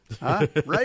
right